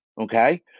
okay